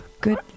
Good